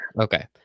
Okay